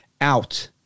out